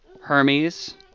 Hermes